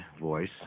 voice